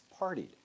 partied